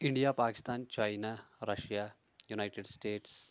India Pakistan China Russia United States